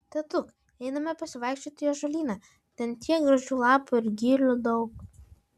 tėtuk einame pasivaikščioti į ąžuolyną ten tiek gražių lapų ir gilių daug